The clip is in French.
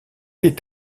est